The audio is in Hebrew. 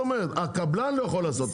הקבלן לא יכול לעשות,